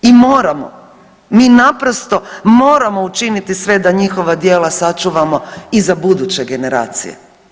I moramo, mi naprosto moramo učiniti sve da njihova djela sačuvamo i za buduće generacije.